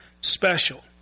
special